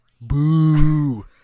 boo